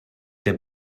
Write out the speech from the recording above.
der